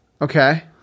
Okay